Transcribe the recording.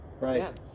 Right